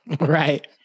Right